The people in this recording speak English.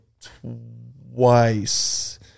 twice